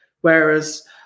whereas